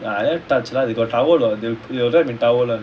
I never touch lah they got towel [what] they will wrap in towel [one]